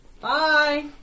Bye